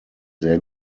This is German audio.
sehr